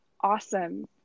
awesome